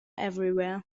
everywhere